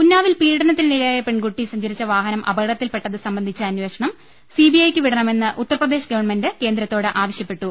ഉന്നാവിൽ പീഡനത്തിനിരയായ പെൺകുട്ടി സഞ്ചരിച്ച വാഹനം അപക ടത്തിൽപെട്ടത് സംബന്ധിച്ച അന്വേഷണം സിബിഐക്ക് വിടണമെന്ന് ഉത്തർപ്രദേശ് ഗവൺമെന്റ് കേന്ദ്രത്തോട് ആവശ്യപ്പെട്ടു